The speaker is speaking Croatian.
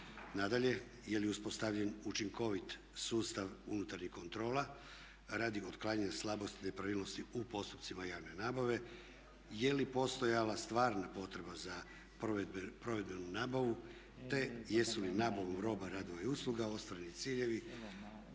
Nadalje, je li uspostavljen učinkovit sustav unutarnjih kontrola radi otklanjanja slabosti, nepravilnosti u postupcima javne nabave, je li postojala stvarna potreba za provedenom nabavom, te jesu li nabavom roba, radova i usluga ostvareni ciljevi